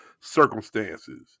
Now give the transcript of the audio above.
circumstances